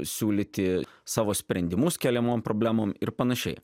siūlyti savo sprendimus keliamom problemom ir panašiai